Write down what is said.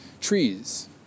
Trees